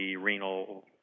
renal